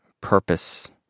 purpose